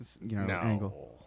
No